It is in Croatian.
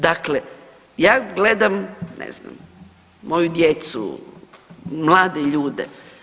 Dakle ja gledam ne znam moju djecu, mlade ljude.